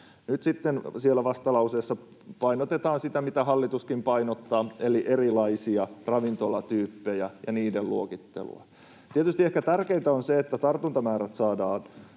nyt sitten siellä vastalauseessa painotetaan sitä, mitä hallituskin painottaa, eli erilaisia ravintolatyyppejä ja niiden luokittelua. Tietysti ehkä tärkeintä on se, että tartuntamäärät saadaan